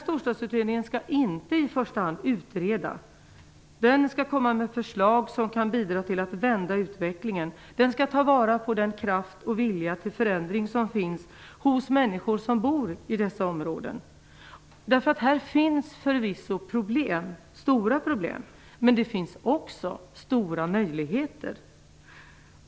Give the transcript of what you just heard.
Storstadsutredningen skall inte i första hand utreda. Den skall komma med förslag som kan bidra till att vända utvecklingen. Den skall ta vara på den kraft och vilja till förändring som finns hos människor som bor i dessa områden. Här finns förvisso problem, stora problem. Men det finns också stora möjligheter.